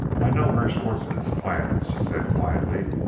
i know herr schwartzmann's plans, she said quietly.